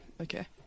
okay